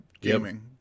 gaming